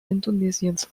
indonesiens